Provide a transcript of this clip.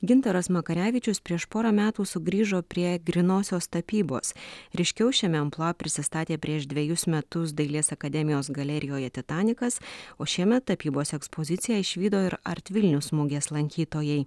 gintaras makarevičius prieš porą metų sugrįžo prie grynosios tapybos ryškiau šiame amplua prisistatė prieš dvejus metus dailės akademijos galerijoje titanikas o šiemet tapybos ekspoziciją išvydo ir art vilnius mugės lankytojai